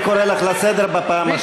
אני קורא אותך לסדר פעם שנייה.